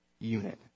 Unit